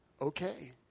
Okay